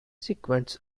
sequence